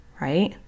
right